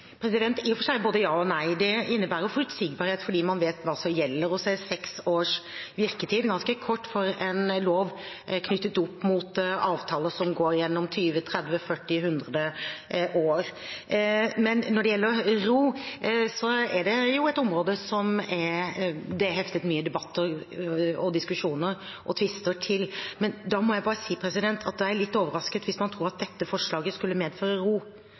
I og for seg både ja og nei. Den innebærer forutsigbarhet fordi man vet hva som gjelder, og så er 6 års virketid ganske kort for en lov knyttet til avtaler som går gjennom 20–30–40–100 år. Når det gjelder ro, er jo dette et område det hefter mye debatter, diskusjon og tvister ved, men jeg må bare si at jeg er litt overrasket hvis man tror at dette forslaget skulle medføre ro.